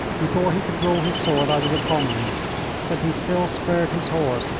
before he could draw his sword i was upon him but he still spurred his horse,